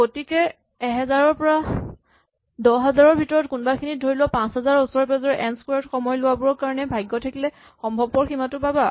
গতিকে ১০০০ ৰ পৰা ১০০০০ ৰ ভিতৰৰ কোনোবাখিনিত ধৰি লোৱা ৫০০০ ৰ ওচৰে পাজৰে এন স্কোৱাৰ্ড সময় লোৱাবোৰৰ কাৰণে ভাগ্য থাকিলে সম্ভৱপৰ সীমাটো পাবা